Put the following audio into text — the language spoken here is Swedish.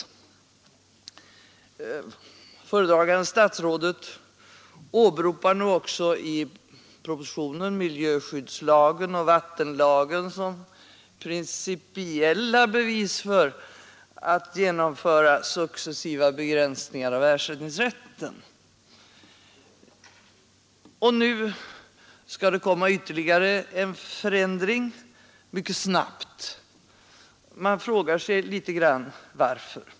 Föredragande statsrådet åberopar i propositionen också miljöskyddslagen och vattenlagen såsom principiella bevis för att genomföra successiva begränsningar av ersättningsrätten. Nu skall det komma ytterligare en förändring mycket snabbt. Man frågar sig: Varför?